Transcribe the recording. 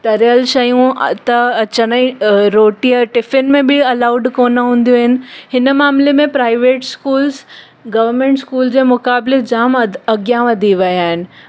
तरियल शयूं त अचनि ई रोटीअ जे टिफिन में बि अलाउड कोन हूंदियूं आहिनि हिन मामिले में प्राइवेट स्कूल्स गव्हर्मेंट स्कूल जे मुक़ाबिले जामु अध अॻियां वधी विया आहिनि